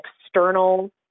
external